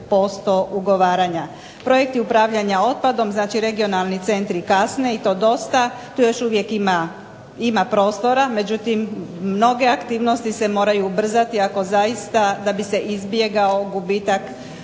ugovaranja. Projekti upravljanja otpadom, znači regionalni centri kasne i to dosta, tu još uvijek ima prostora, međutim mnoge aktivnosti se moraju ubrzati ako zaista da bi se izbjegao gubitak